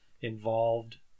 involved